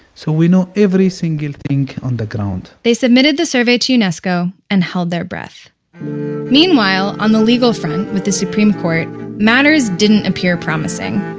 so we know every single thing on the ground they submitted the survey to unesco and held their breath meanwhile, on the legal front with the supreme court, matters didn't appear promising.